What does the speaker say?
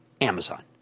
Amazon